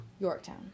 Yorktown